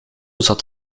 zat